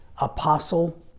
apostle